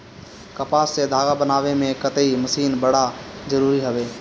कपास से धागा बनावे में कताई मशीन बड़ा जरूरी हवे